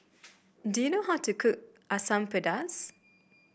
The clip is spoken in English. do you know how to cook Asam Pedas